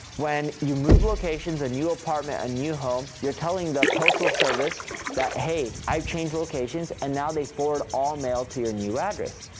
when you move locations, a new apartment, a new home, you're telling the postal service that, hey, i've changed locations, and now they forward all mail to your new address.